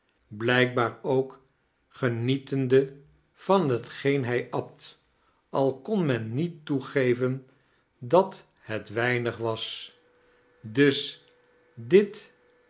blrjkbaar ook genietende van hetgeen hij at al kon men niet toegeven dat het weinig was dus dit